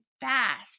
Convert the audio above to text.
fast